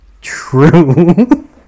True